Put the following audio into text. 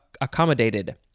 accommodated